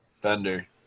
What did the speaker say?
Thunder